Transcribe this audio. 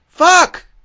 fuck